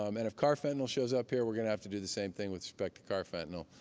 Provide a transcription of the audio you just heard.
um and if carfentanil shows up here, we're going to have to do the same thing with respect to carfentanil.